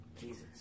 Jesus